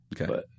Okay